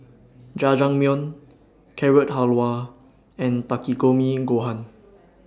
Jajangmyeon Carrot Halwa and Takikomi Gohan